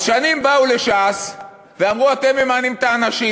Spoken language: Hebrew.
אז שנים באו לש"ס ואמרו: אתם ממנים את האנשים,